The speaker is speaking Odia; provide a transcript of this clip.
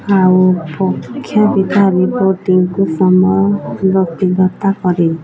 ଆଉ ରିପୋର୍ଟିଙ୍ଗକୁ ସମୟ ବ୍ୟକ୍ତିଗତା କରେ